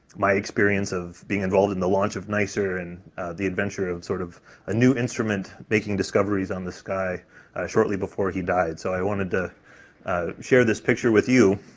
my experience of being involved in the launch of nicer and the adventure of sort of a new instrument making discoveries on the sky shortly before he died. so i wanted to share this picture with you,